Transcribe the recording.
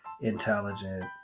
intelligent